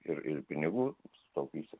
ir ir pinigų sutaupysi